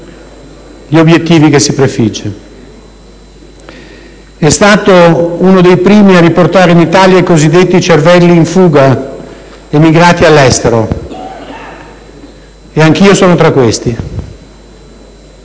gli obiettivi che si prefigge. È stato uno dei primi a riportare in Italia i cosiddetti cervelli in fuga emigrati all'estero. Anch'io sono tra questi.